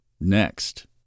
Next